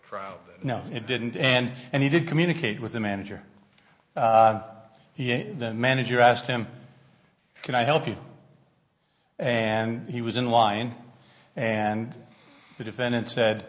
it no it didn't and and he did communicate with the manager he the manager asked him can i help you and he was in line and the defendant said